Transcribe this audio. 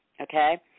okay